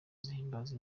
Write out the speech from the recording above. zihimbaza